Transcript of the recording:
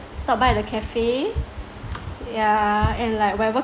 stop by at the cafe yeah and like whatever